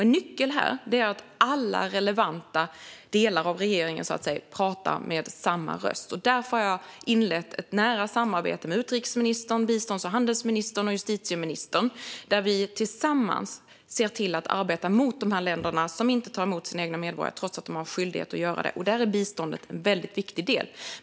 En nyckel här är att alla relevanta delar av regeringen så att säga talar med samma röst. Därför har jag inlett ett nära samarbete med utrikesministern, bistånds och handelsministern och justitieministern där vi tillsammans ser till att arbeta mot de länder som inte tar emot sina egna medborgare trots att de har en skyldighet att göra det. Där är biståndet en väldigt viktig del.